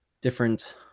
different